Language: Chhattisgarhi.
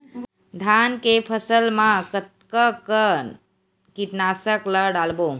धान के फसल मा कतका कन कीटनाशक ला डलबो?